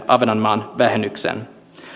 ahvenanmaan vähennykseen